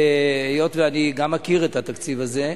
היות שאני מכיר את התקציב הזה,